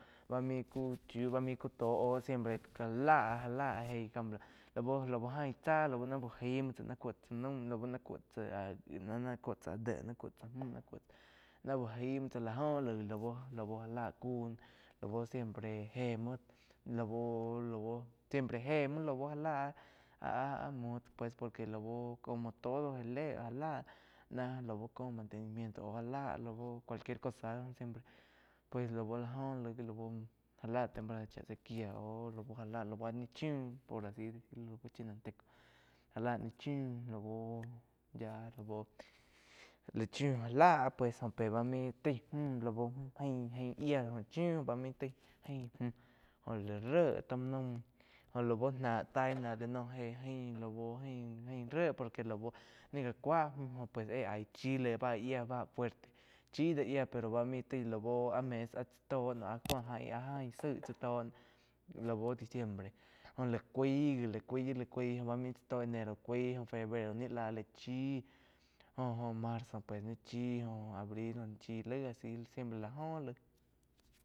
Báh main kuh chiu báh main cu to oh siempre já la, já la eig lau-lau ain tsáh lau náh uh aig muo tsá ná cuoh tsá naum li buo ná kup tsá ah déh náh kou tsáh náh úh gai muo tsáh la joh lau-lau já lah kuh lau siempre je muo lau-lau siempre jéh muo lau já lah ah-ah mu tsá pues por que lau como todo ja le, ja la náh lau có mantenimiento au já la lau cualquier cosa pues. Laú la jo laig já lah temporada chá sequia au já la lau áh ni chiu por asi lau chinanteco já lah ni chíu lau yáh lau láh chiu já lah pues pe báh main taí múh ain jain yía jo chiu main taí jain múh lá ré taum naum joh lau náh tain náh la noh jain lau jain ré por que lau ni gá cúa múh jo pues éh aih chi laig ba yiá bá fuerte chi da yía pero bá main taí lau áh mes áh chá toh noh áh jain zaíg tzá tó lau diciembre joh la cuaí-la cuaí-la cuaí joh bá main tsáh tó enero cuaí febrero ni lah la chíh joh-joh marzo pues nih chí jo abril ni chí laig a si siempre láh joh laig.